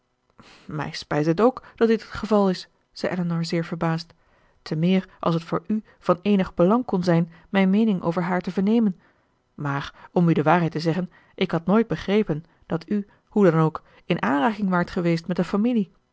mij spijt het ook dat dit het geval is zei elinor zeer verbaasd temeer als het voor u van eenig belang kon zijn mijn meening over haar te vernemen maar om u de waarheid te zeggen ik had nooit begrepen dat u hoe dan ook in aanraking waart geweest met de familie